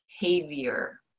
behavior